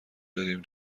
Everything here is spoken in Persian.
دادیم